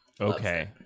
okay